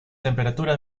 temperatura